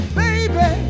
baby